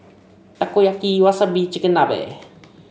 Takoyaki Wasabi and Chigenabe